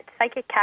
PsychicCat